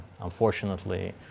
Unfortunately